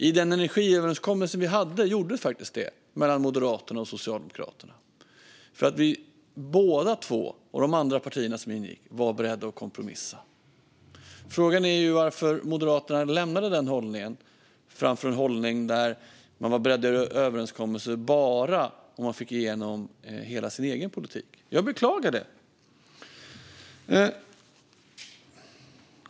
I den energiöverenskommelse som vi hade gjorde Moderaterna och Socialdemokraterna faktiskt det, för att vi båda två och de andra partierna som ingick var beredda att kompromissa. Frågan är varför Moderaterna lämnade den hållningen för en hållning där man var beredda att träffa överenskommelser bara om man fick igenom hela sina egen politik. Jag beklagar det.